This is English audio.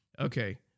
okay